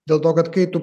dėl to kad kai tu